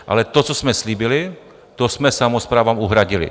Ale to, co jsme slíbili, to jsme samosprávám uhradili.